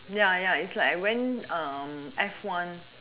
ya ya it's like I went F one